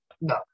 No